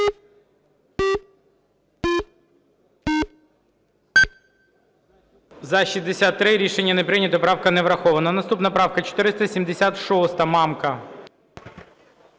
За-63 Рішення не прийнято. Правка не врахована. Наступна правка 476, Мамка.